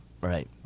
Right